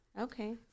Okay